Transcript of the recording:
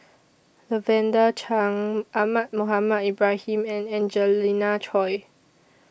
Lavender Chang Ahmad Mohamed Ibrahim and Angelina Choy